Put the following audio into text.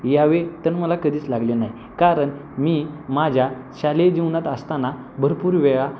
यावे तर मला कधीच लागले नाही कारण मी माझ्या शालेय जीवनात असताना भरपूर वेळा